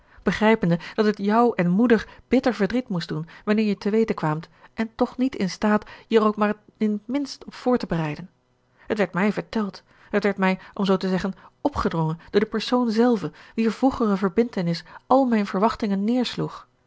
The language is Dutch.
begrijpende dat het jou en moeder bitter verdriet moest doen wanneer je het te weten kwaamt en toch niet in staat je er ook maar in t minst op voor te bereiden het werd mij verteld het werd mij om zoo te zeggen opgedrongen door de persoon zelve wier vroegere verbintenis al mijn verwachtingen neersloeg